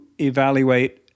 evaluate